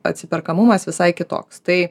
atsiperkamumas visai kitoks tai